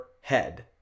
head